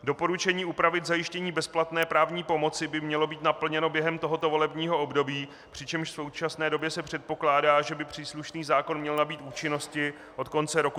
Doporučení upravit zajištění bezplatné právní pomoci by mělo být naplněno během tohoto volebního období, přičemž v současné době se předpokládá, že by příslušný zákon měl nabýt účinnosti od konce roku 2016.